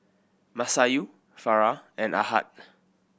Masayu Farah and Ahad